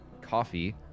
coffee